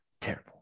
Terrible